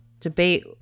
debate